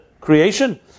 creation